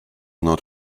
not